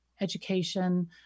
education